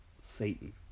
Satan